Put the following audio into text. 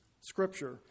scripture